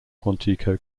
quantico